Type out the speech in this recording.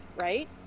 right